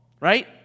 right